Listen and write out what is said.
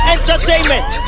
Entertainment